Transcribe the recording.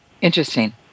Interesting